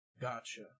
Gotcha